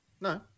No